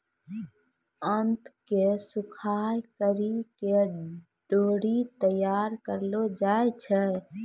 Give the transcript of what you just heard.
आंत के सुखाय करि के डोरी तैयार करलो जाय छै